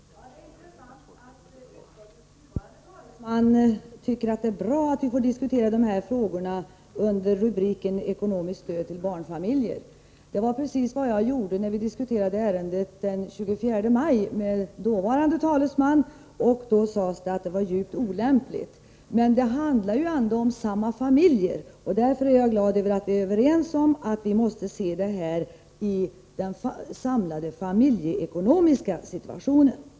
Herr talman! Det är intressant att utskottets nuvarande talesman tycker att det är bra att vi får diskutera de här frågorna under rubriken Ekonomiskt stöd till barnfamiljer. Det var precis vad jag gjorde när vi diskuterade ärendet den 24 maj med utskottets dåvarande talesman. Då sades det att det var högst olämpligt att göra på det sättet. Men det handlar ju ändå om samma familjer, och därför är jag glad över att vi är överens om att vi måste se detta som en del i det familjeekonomiska sammanhanget.